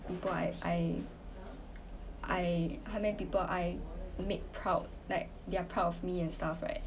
people I I I how many people I make proud like they're proud of me and stuff right